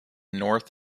north